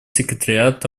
секретариата